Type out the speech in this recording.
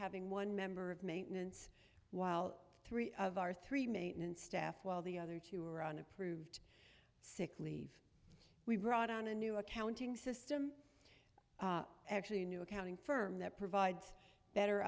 having one member of maintenance while three of our three maintenance staff while the other two were on approved sick leave we brought on a new accounting system actually a new accounting firm that provides better